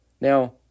Now